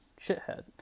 shithead